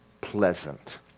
pleasant